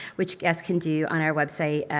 which guests can do on our website,